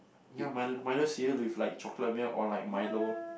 ya mil~ milo cereal with like chocolate milk or like milo